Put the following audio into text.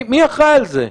מי אחראי על זה?